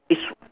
each one